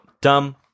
dumb